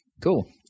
Cool